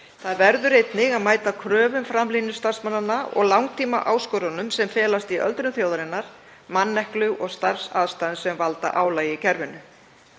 Það verður einnig að mæta kröfum framlínustarfsmannanna og langtímaáskorunum sem felast í öldrun þjóðarinnar, manneklu og starfsaðstæðum sem valda álagi í kerfinu.